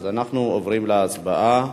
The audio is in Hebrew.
אז אנחנו עוברים להצבעה.